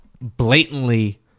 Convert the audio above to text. blatantly